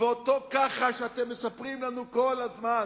וזה אותו כחש שאתם מספרים לנו כל הזמן.